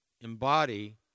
embody